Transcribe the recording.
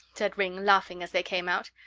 said ringg, laughing, as they came out.